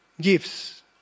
gifts